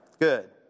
Good